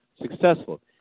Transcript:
successful